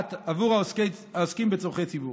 שמסייעת עבור העוסקים בצורכי ציבור.